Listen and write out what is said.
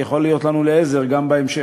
בוא תחמיא לסילבן קצת,